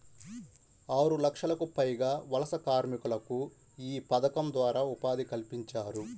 ఆరులక్షలకు పైగా వలస కార్మికులకు యీ పథకం ద్వారా ఉపాధి కల్పించారు